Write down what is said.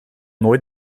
nooit